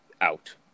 out